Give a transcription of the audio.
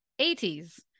80s